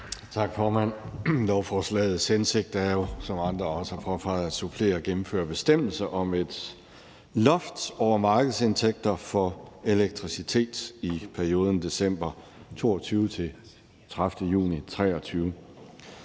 Tak, formand. Lovforslagets hensigt er jo, som andre også har påpeget, at supplere og gennemføre bestemmelser om et loft over markedsindtægter for elektricitet i perioden fra december 2022